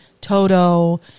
Toto